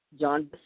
John